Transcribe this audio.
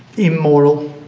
immoral,